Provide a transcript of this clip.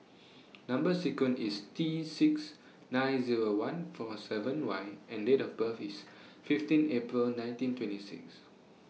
Number sequence IS T six nine Zero one four seven Y and Date of birth IS fifteen April nineteen twenty six